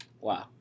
Wow